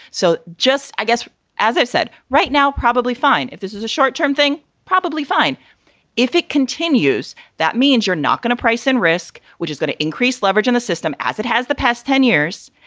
so just i guess as i've said right now, probably fine if this is a short term thing, probably fine if it continues. that means you're not going to price in risk, which is going to increase leverage in the system as it has the past ten years.